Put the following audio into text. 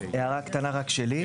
הערה קטנה רק שלי,